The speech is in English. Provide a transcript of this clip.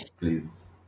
Please